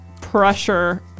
pressure